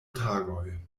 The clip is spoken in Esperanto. tagoj